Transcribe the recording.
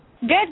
Good